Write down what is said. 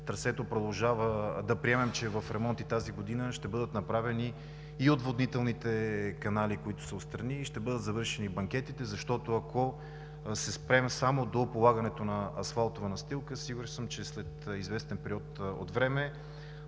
Вие споменахте, че трасето е в ремонт и тази година ще бъдат направени и отводнителните канали, които са отстрани, и ще бъдат завършени и банкетите, защото ако се спрем само до полагането на асфалтова настилка, сигурен съм, че след известен период от време